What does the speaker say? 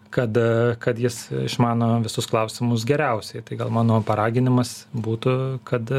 kad kad jis išmano visus klausimus geriausiai tai gal mano paraginimas būtų kad